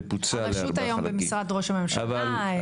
הרשות היום במשרד ראש הממשלה,